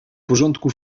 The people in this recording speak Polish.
porządku